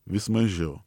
vis mažiau